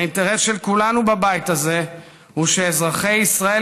האינטרס של כולנו בבית הזה הוא שאזרחי ישראל